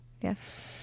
Yes